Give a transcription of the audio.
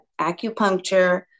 acupuncture